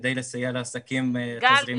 כדי לסייע לעסקים תזרימית.